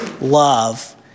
love